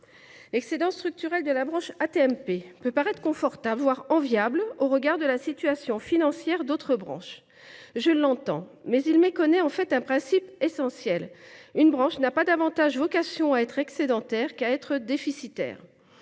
L’excédent structurel de la branche AT MP peut paraître confortable, voire enviable, au regard de la situation financière d’autres branches. Je l’entends, mais ce serait méconnaître un principe essentiel : une branche n’a pas davantage vocation à être excédentaire qu’à être déficitaire.